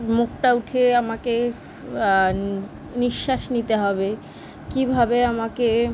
মুখটা উঠিয়ে আমাকে নিঃশ্বাস নিতে হবে কীভাবে আমাকে